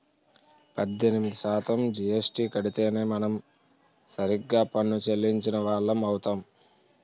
పద్దెనిమిది శాతం జీఎస్టీ కడితేనే మనం సరిగ్గా పన్ను చెల్లించిన వాళ్లం అవుతాం